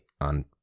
on